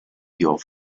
your